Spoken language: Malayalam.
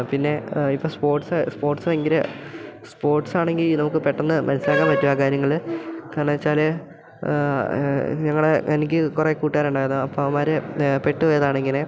പിന്നെ ഇപ്പോൾ സ്പോർട്സ് സ്പോർട്സ് ഭയങ്കര സ്പോട്സാണെങ്കിൽ നമുക്ക് പെട്ടെന്ന് മനസ്സിലാക്കാൻ പറ്റും ആ കാര്യങ്ങൾ കാരണം എന്നു വെച്ചാൽ ഞങ്ങളെ എനിക്ക് കുറേ കൂട്ടുകാരുണ്ടായിരുന്നു അപ്പോൾ അവന്മാർ പെട്ടു പോയതാണിങ്ങനെ